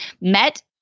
met